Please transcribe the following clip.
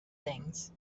things